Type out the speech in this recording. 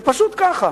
זה פשוט כך.